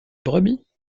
brebis